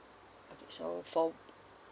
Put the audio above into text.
so for